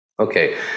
Okay